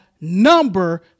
number